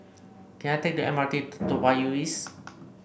can I take the M R T to Toa Payoh East